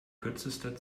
kürzester